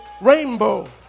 rainbow